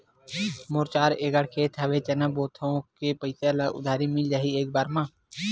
मोर चार एकड़ खेत हवे चना बोथव के पईसा उधारी मिल जाही एक बार मा?